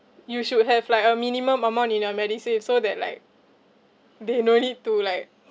you should have like a minimum amount in your medisave so that like they no need to like